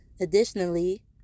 Additionally